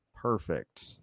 Perfect